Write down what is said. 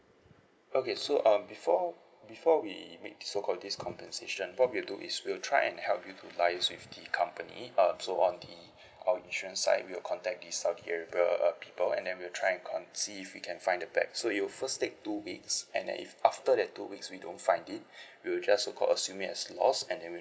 okay so um before before we make so called this compensation what we will do is we'll try and help you to liaise with the company um so on the our insurance side we'll contact these variable people and then we'll trying cont~ see if we can find the bag so it will first take two weeks and then if after that two weeks we don't find it we'll just so called assume it as lost and then we'll